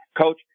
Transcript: Coach